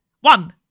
one